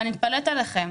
אני מתפלאת עליכם.